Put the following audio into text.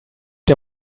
dir